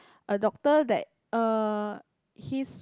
a doctor that uh he's